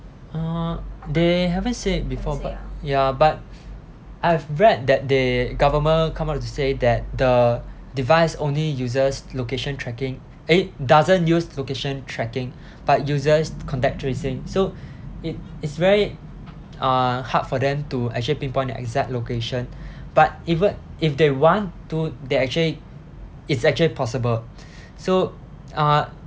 uh they haven't say it before but ya but I've read that they government come out to say that the device only uses location tracking eh doesn't use location tracking but uses contact tracing so it is very uh hard for them to actually pinpoint the exact location but even if they want to they actually it's actually possible so uh